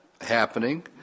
happening